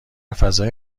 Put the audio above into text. فضای